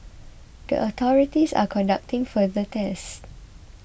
the authorities are conducting further tests